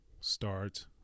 start